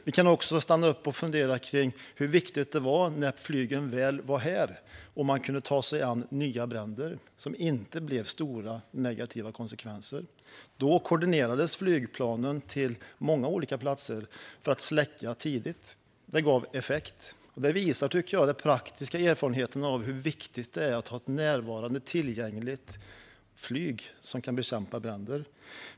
Vi kan också stanna upp och fundera över hur viktigt det var när flygen väl var här och man kunde ta sig an nya bränder så att det inte blev stora och negativa konsekvenser av dem. Då koordinerades flygplanen till många olika platser för att släcka tidigt. Det gav effekt. Det gav också, tycker jag, praktisk erfarenhet av hur viktigt det är att ha ett närvarande, tillgängligt flyg som kan bekämpa bränder.